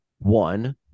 One